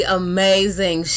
amazing